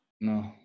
No